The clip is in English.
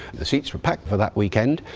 the seats were packed for that weekend.